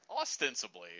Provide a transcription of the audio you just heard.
Ostensibly